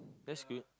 that's good